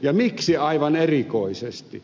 ja miksi aivan erikoisesti